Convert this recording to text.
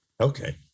Okay